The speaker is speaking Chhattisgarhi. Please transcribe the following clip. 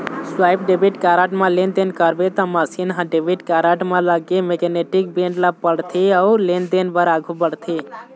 स्वाइप डेबिट कारड म लेनदेन करबे त मसीन ह डेबिट कारड म लगे मेगनेटिक बेंड ल पड़थे अउ लेनदेन बर आघू बढ़थे